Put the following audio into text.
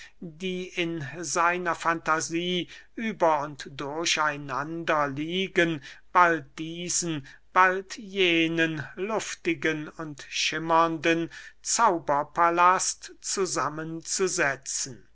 die in seiner fantasie über und durch einander liegen bald diesen bald jenen luftigen und schimmernden zauberpalast zusammenzusetzen